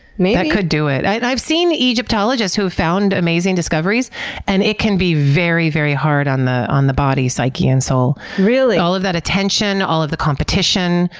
that could do it. i've seen egyptologists who found amazing discoveries and it can be very, very hard on the on the body, psyche, and soul. really? all of that attention, all of the competition.